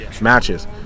matches